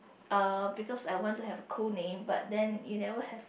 uh because I want to have a cool name but then you never have